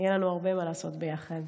ויהיה לנו הרבה מה לעשות יחד.